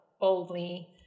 boldly